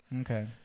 Okay